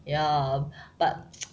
ya but